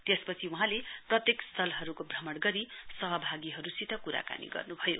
त्यसपछि वहाँले प्रत्येक स्थलहरुको भ्रमण गरी सहभागीहरुसित कुराकानी गर्नुभयो